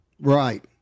Right